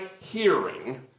hearing